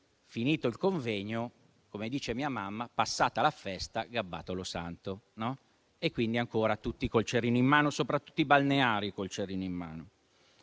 finito il convegno, come dice mia mamma, passata la festa, gabbato lo santo, quindi siano ancora tutti col cerino in mano, soprattutto i balneari. Altra cosa